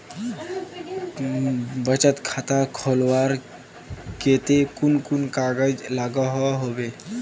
बचत खाता खोलवार केते कुन कुन कागज लागोहो होबे?